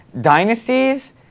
dynasties